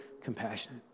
compassionate